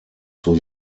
zur